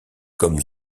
comme